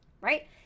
right